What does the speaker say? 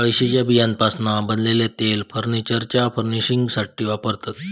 अळशीच्या बियांपासना बनलेला तेल फर्नीचरच्या फर्निशिंगसाथी वापरतत